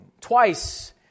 Twice